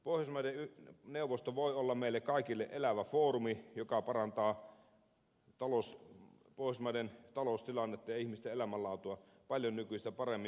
pohjoismaiden neuvosto voi olla meille kaikille elävä foorumi joka parantaa pohjoismaiden taloustilannetta ja ihmisten elämänlaatua paljon nykyistä paremmin